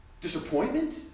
Disappointment